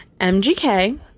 MGK